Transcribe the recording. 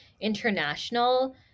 international